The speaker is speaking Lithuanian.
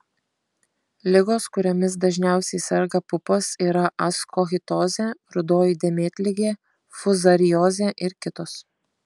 ligos kuriomis dažniausiai serga pupos yra askochitozė rudoji dėmėtligė fuzariozė ir kitos